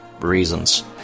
reasons